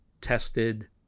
tested